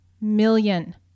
million